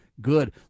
good